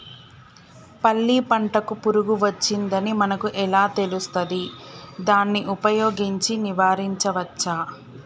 పల్లి పంటకు పురుగు వచ్చిందని మనకు ఎలా తెలుస్తది దాన్ని ఉపయోగించి నివారించవచ్చా?